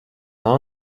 nah